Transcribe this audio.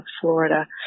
Florida